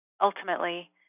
Ultimately